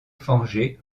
forgé